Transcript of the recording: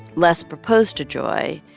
les proposed to joy.